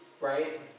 right